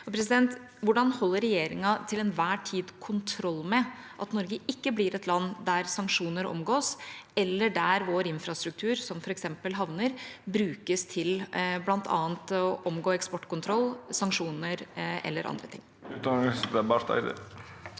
Hvordan holder regjeringen til enhver tid kontroll med at Norge ikke blir et land der sanksjoner omgås, eller der vår infrastruktur, som f.eks. havner, brukes til bl.a. å omgå eksportkontroll, sanksjoner eller annet?